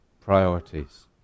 priorities